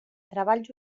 treballs